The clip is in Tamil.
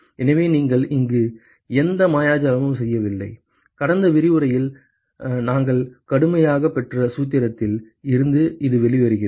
எனவே நாங்கள் இங்கு எந்த மாயாஜாலமும் செய்யவில்லை கடந்த விரிவுரையில் நாங்கள் கடுமையாகப் பெற்ற சூத்திரத்தில் இருந்து இது வெளிவருகிறது